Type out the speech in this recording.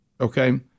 Okay